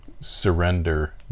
surrender